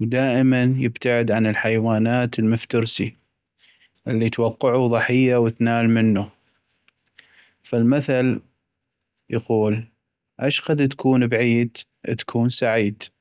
ودائما يبتعد عن الحيوانات المفترسي اللي توقعو ضحية وتنال منو ، فالمثل يقول اشقد تكون ابعيد تكون سعيد